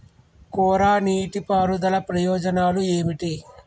కోరా నీటి పారుదల ప్రయోజనాలు ఏమిటి?